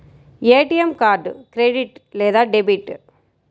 ATM card credit లేదా debit?